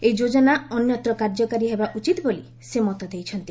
ଏହି ଯୋଜନା ଅନ୍ୟତ୍ର କାର୍ଯ୍ୟକାରୀ ହେବା ଉଚିତ ବୋଲି ସେ ମତ ଦେଇଛନ୍ତି